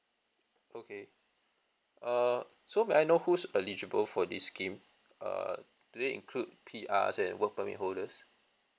okay err so may I know who's eligible for this scheme err do they include P_Rs and work permit holders